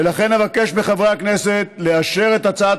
ולכן אבקש מחברי הכנסת לאשר את הצעת